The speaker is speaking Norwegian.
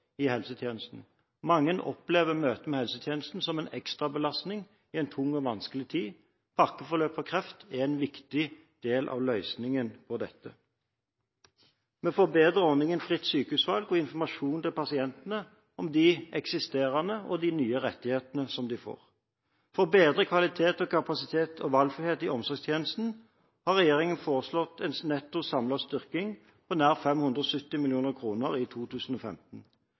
Mange opplever møtet med helsetjenesten som en ekstra belastning i en tung og vanskelig tid. Pakkeforløp for kreft er en viktig del av løsningen på dette. Vi får bedre ordninger innen fritt sykehusvalg og informasjon til pasientene om de eksisterende og de nye rettighetene som de får. For bedre kvalitet, kapasitet og valgfrihet i omsorgstjenesten har regjeringen foreslått en netto samlet styrking på nær 570 mill. kr i 2015.